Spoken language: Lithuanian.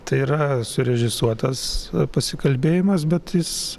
tai yra surežisuotas pasikalbėjimas bet jis